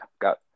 got